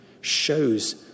shows